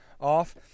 off